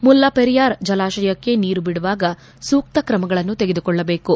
ಮುಲ್ಲಪೆರಿಯಾರ್ ಜಲಾಶಯಕ್ಕೆ ನೀರು ಬಿಡುವಾಗ ಸೂಕ್ತ ತ್ರಮಗಳನ್ನು ತೆಗೆದುಕೊಳ್ಳಬೇಕು